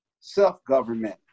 self-government